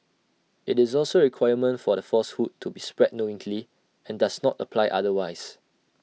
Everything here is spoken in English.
IT is also requirement for the falsehood to be spread and does not apply otherwise